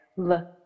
Look